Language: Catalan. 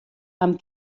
amb